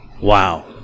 wow